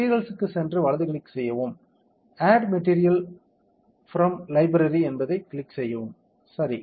மெட்டீரியல்க்குச் சென்று வலது கிளிக் செய்யவும் ஆட் மெட்டீரியல் பிராம் லைப்ரரி என்பதைக் கிளிக் செய்யவும் சரி